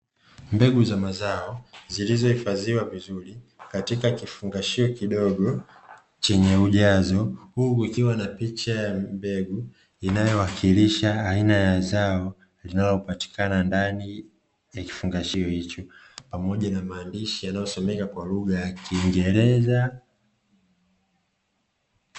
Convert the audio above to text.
Mbegu za mazao zilizohifadhiwa vizuri katika kifungashio kidogo, chenye ujazo huku kukiwa na picha ya mbegu inayowakilisha aina ya zao linalopatikana ndani ya kifungashio hicho, pamoja na maandishi yanayosomeka kwa lugha ya kiingereza.